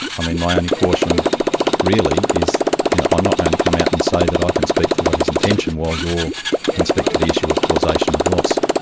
um and my only caution really is i'm not going to come out and say that i can speak for what his intention was or can speak to the issue of causation of loss.